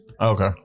Okay